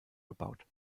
gebaut